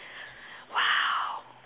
!wow!